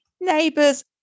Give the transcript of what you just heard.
neighbors